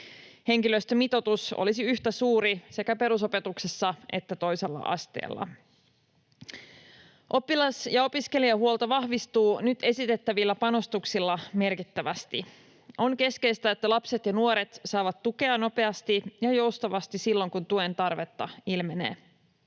Henkilöstömitoitus olisi yhtä suuri sekä perusopetuksessa että toisella asteella. Oppilas‑ ja opiskelijahuolto vahvistuu nyt esitettävillä panostuksilla merkittävästi. On keskeistä, että lapset ja nuoret saavat tukea nopeasti ja joustavasti silloin, kun tuen tarvetta ilmenee.